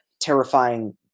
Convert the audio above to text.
terrifying